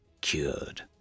cured